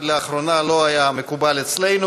ועד לאחרונה לא היה מקובל אצלנו.